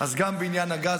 אז גם בעניין הגז,